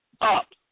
up